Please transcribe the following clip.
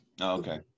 okay